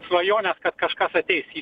svajones kad kažkas ateis į